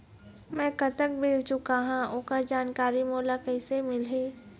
मैं कतक बिल चुकाहां ओकर जानकारी मोला कइसे मिलही?